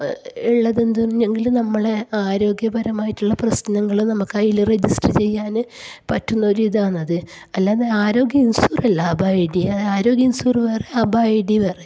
ഉള്ളതാണെങ്കിൽ നമ്മളെ ആരോഗ്യപരമായിട്ടുള്ള പ്രശ്നങ്ങൾ നമ്മൾക്ക് അതിൽ രജിസ്റ്റർ ചെയ്യാൻ പറ്റുന്നൊരു ഇതാണത് അല്ലാതെ ആരോഗ്യ ഇൻഷുറല്ല അബാ ഐ ഡി ആരോഗ്യ ഇൻഷൂര് വേറെ അബാ ഐ ഡി വേറെ